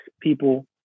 people